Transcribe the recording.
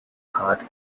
heart